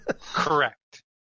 Correct